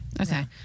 Okay